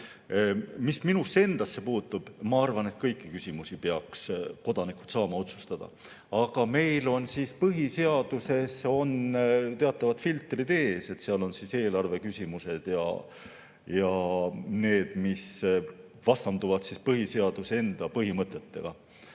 Mis minusse endasse puutub, siis mina arvan, et kõiki küsimusi peaks kodanikud saama otsustada. Aga meil on põhiseaduses teatavad filtrid ees, seal on eelarveküsimused ja need, mis vastanduvad põhiseaduse enda põhimõtetele. Aga